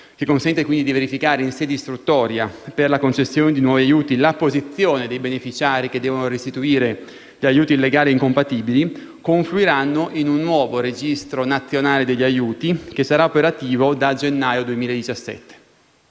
che consente di verificare in sede istruttoria per la concessione di nuovi aiuti la posizione dei beneficiari che devono restituire gli aiuti illegali e incompatibili - confluiranno in un nuovo Registro nazionale degli aiuti che sarà operativo dal gennaio 2017.